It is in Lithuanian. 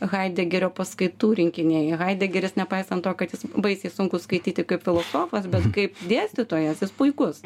haidegerio paskaitų rinkiniai haidegeris nepaisant to kad jis baisiai sunkus skaityti kaip filosofas bet kaip dėstytojas jis puikus